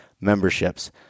memberships